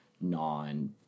non